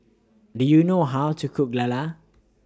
Do YOU know How to Cook Lala